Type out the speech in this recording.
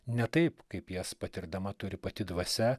ne taip kaip jas patirdama turi pati dvasia